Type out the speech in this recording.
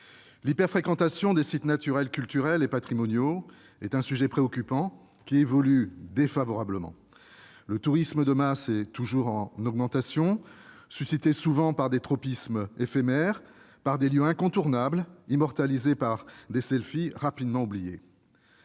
l'hyper-fréquentation des sites naturels, culturels et patrimoniaux est un sujet préoccupant, qui évolue défavorablement. Le tourisme de masse est toujours en augmentation, en raison, souvent, de tropismes éphémères et de lieux considérés comme incontournables et immortalisés au moyen de selfies rapidement oubliés